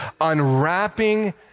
Unwrapping